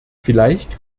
vielleicht